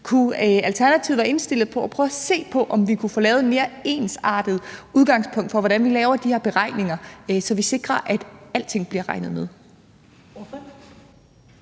Alternativet være indstillet på at prøve at se på, om vi kunne få lavet et mere ensartet udgangspunkt for, hvordan vi laver de her beregninger, så vi sikrer, at alting bliver regnet med?